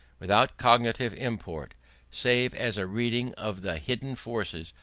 without cognitive import save as a reading of the hidden forces,